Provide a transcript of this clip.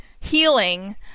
healing